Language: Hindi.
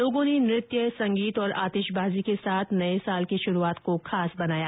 लोगों ने नृत्य संगीत और आतिशबाजी के साथ नये साल की शुरूआत को खास बनाया